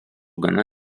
gana